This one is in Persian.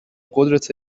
قدرت